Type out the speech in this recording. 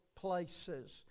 places